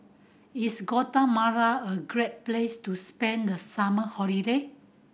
is Guatemala a great place to spend the summer holiday